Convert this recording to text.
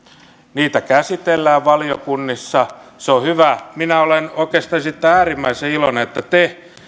niitä käsitellään valiokunnassa se on hyvä minä olen oikeastaan siitä äärimmäisen iloinen että te